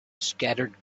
scattered